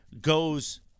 goes